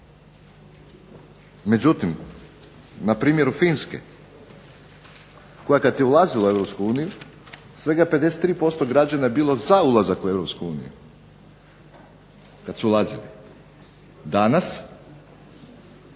Međutim, na primjeru Finske koja kada je ulazila u EU svega 53% građana je bilo za ulazak u EU, kada su ulazili. Danas